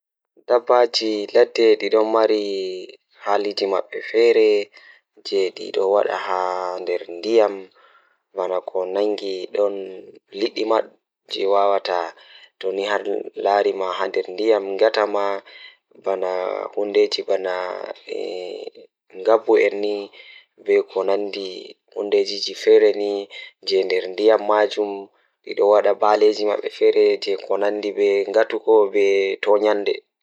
Fijirde jei mi yiɗi mi ekitaa Eey, cindi video ɗee waɗi ɗum njiɓgol. Ngam ko waɗe ɗee tiindii hay jiɓinaaɗe, cakaɗe, e ɓeewɗe mawɗe e leydi cindi. Cindi video ɗe waɗi ɓuriɗo koɗɗe maɓɓe ngam waɗde anndude yimɓe e soɗɗude hakkeeji e wudere ɗiɗi, cakaɗe yimɓe ɓuri tiindii e nder ɗum. Kadi, waɗi ɗum ɓuri ɗiɗo ngam waɗde waɗnaari e timminaaji ɓeewɗe, no ɗum waɗi ɗum golle cindi.